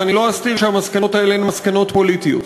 ואני לא אסתיר שהמסקנות האלה הן מסקנות פוליטיות,